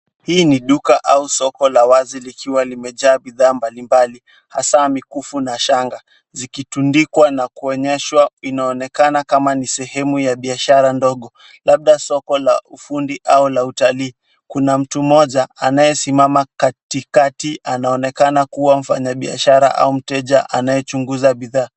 Hili ni duka au soko la wazi, likiwa limejaa bidhaa mbalimbali. Hasaa mikufu na shanga. Zikitundikwa na kuonyeshwa inaonekana kama ni sehemu ya biashara ndogo. Labda soko la ufundi au la utalii. Kuna mtu mmoja anayesimama katikati anaonekana kuwa mfanyabiashara au mteja anayechunguza bidhaa.